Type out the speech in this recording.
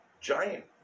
giant